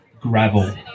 gravel